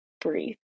breathe